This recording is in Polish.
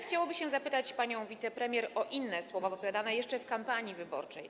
Chciałoby się zapytać panią wicepremier o inne słowa, wypowiadane jeszcze w kampanii wyborczej.